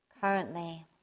currently